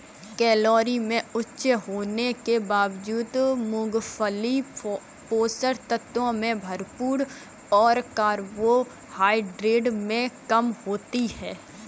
calorie में उच्च होने के बावजूद, मूंगफली पोषक तत्वों से भरपूर और कार्बोहाइड्रेट में कम होती है